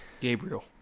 Gabriel